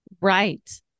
Right